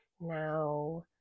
now